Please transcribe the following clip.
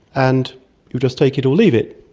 and you just take it or leave it.